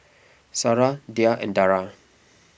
Sarah Dhia and Dara